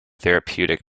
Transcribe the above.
therapeutic